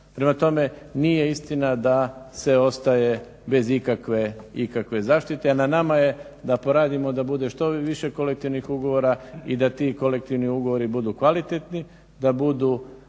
Prema tome, nije istina da se ostaje bez ikakve zaštite, a na nama je da poradimo da bude što više kolektivnih ugovora i da ti kolektivni ugovori budu kvalitetni, da budu